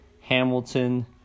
Hamilton